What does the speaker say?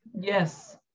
yes